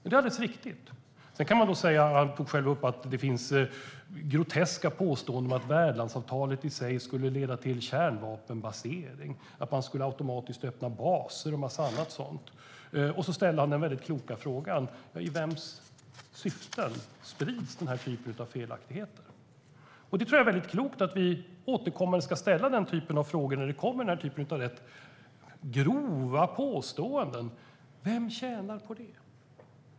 Det finns groteska påståenden om att värdlandsavtalet skulle leda till kärnvapenbasering, att man skulle öppna baser och en massa annat. Försvarsministern ställde den kloka frågan: I vems syften sprids denna typ av felaktigheter? Jag tror att det är klokt att vi återkommande ställer denna typ av frågor när det kommer grova påståenden. Vem tjänar på det?